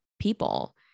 people